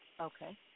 Okay